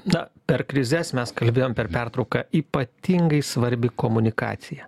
na per krizes mes kalbėjom per pertrauką ypatingai svarbi komunikacija